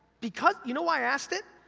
because, you know why i asked it?